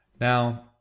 Now